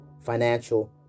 financial